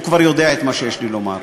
הוא כבר יודע את מה שיש לי לומר.